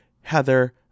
Heather